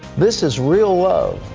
this is real love,